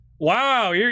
wow